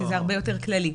שזה הרבה יותר כללי.